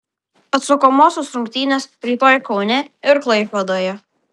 atsakomosios rungtynės rytoj kaune ir klaipėdoje